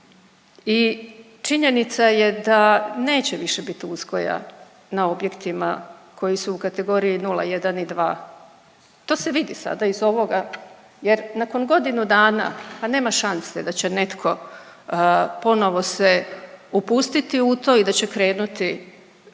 i činjenica je da neće više biti uzgoja na objektima koji su u kategoriji 01 i 2. To se vidi sada iz ovoga jer nakon godinu dana a nema šanse da će netko ponovo se upustiti u to i da će krenuti